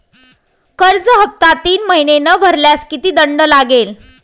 कर्ज हफ्ता तीन महिने न भरल्यास किती दंड लागेल?